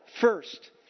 first